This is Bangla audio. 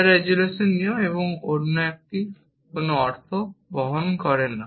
যা রেজোলিউশন নিয়ম এবং এটি অন্য কোন অর্থ বহন করে না